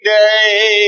day